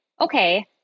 Okay